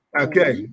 Okay